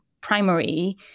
primary